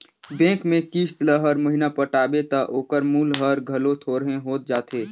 bank में किस्त ल हर महिना पटाबे ता ओकर मूल हर घलो थोरहें होत जाथे